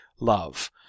love